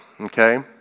okay